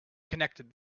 connected